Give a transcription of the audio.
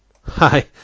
Hi